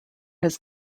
his